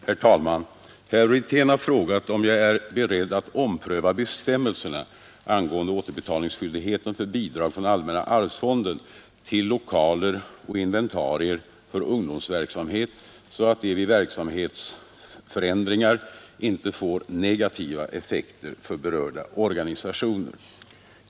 Herr talman! Herr Wirtén har frågat om jag är beredd att ompröva bestämmelserna angående återbetalningsskyldigheten för bidrag från allmänna arvsfonden till lokaler och inventarier för ungdomsverksamhet, så att de vid verksamhetsförändringar inte får negativa effekter för berörda organisationer.